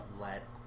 let